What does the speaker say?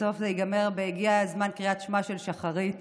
בסוף זה ייגמר בהגיע זמן קריאת שמע של שחרית.